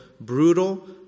brutal